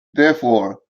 therefore